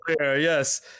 Yes